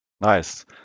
Nice